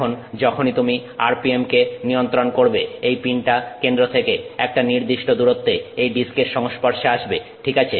এখন যখনই তুমি RPM কে নিয়ন্ত্রন করবে এই পিনটা কেন্দ্র থেকে একটা নির্দিষ্ট দূরত্বে এই ডিস্কের সংস্পর্শে আসবে ঠিক আছে